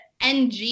NG